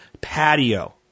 patio